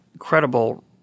incredible